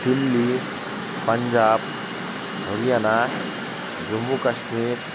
Delhi Punjab Haryana Jammu Kashmir